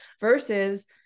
versus